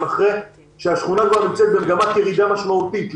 אחרי כאשר השכונה נמצאת במגמת ירידה משמעותית.